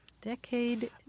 decade